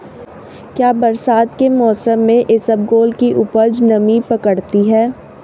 क्या बरसात के मौसम में इसबगोल की उपज नमी पकड़ती है?